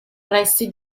resti